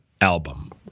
album